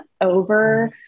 over